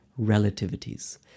relativities